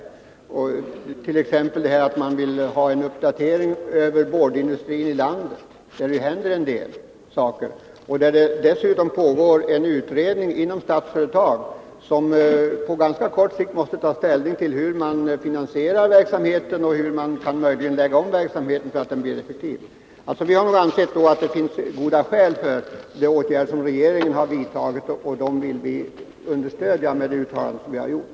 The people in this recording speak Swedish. Man vill t.ex. ha en uppdatering av boardindustrin i landet, eftersom det händer en del saker på det området. Dessutom pågår det en utredning inom Statsföretag, vilken på kort sikt måste ta ställning till hur man kan finansiera verksamheten och hur man möjligen kan lägga om den för att den skall bli effektiv. Vi anser att det finns goda skäl för de åtgärder som regeringen har vidtagit, och dem vill vi understödja med det uttalande vi har gjort.